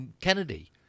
Kennedy